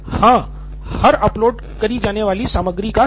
सिद्धार्थ मतुरी हाँ हर अपलोड करी जाने वाली सामग्री का